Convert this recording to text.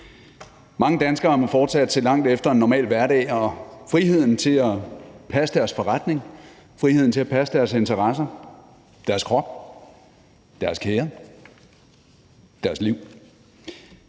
Mange danskere må fortsat se langt efter en normal hverdag og friheden til at passe deres forretning, friheden til at passe deres interesser, deres krop, deres kære, deres liv.